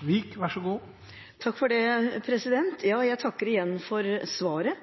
Jeg takker igjen for svaret.